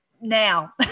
Now